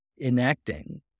enacting